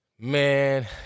Man